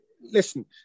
Listen